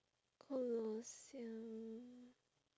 colosseum